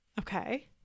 Okay